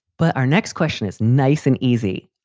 but our next question is nice and easy,